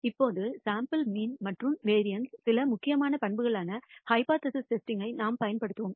இப்போது sample mean மற்றும் வேரியன்ஸ்ன் சில முக்கியமான பண்புகளான ஹைபோதசிஸ் டெஸ்டிங் ஐ நாம் பயன்படுத்துவோம்